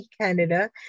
Canada